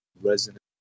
resonant